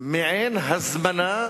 מעין הזמנה